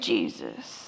Jesus